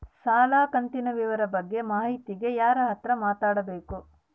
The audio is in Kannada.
ಸಾಲ ಕಂತಿನ ವಿವರ ಬಗ್ಗೆ ಮಾಹಿತಿಗೆ ಯಾರ ಹತ್ರ ಮಾತಾಡಬೇಕು?